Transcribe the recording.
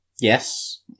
Yes